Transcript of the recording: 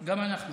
גם אנחנו.